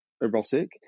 erotic